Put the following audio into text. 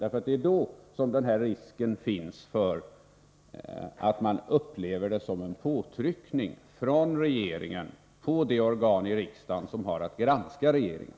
Det är ju då det finns risk för att det upplevs som en påtryckning ifrån regeringen på det organ i riksdagen som har att granska regeringen.